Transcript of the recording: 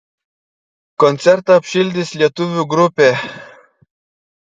koncertą apšildys lietuvių grupė